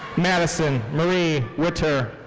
madison marie witter.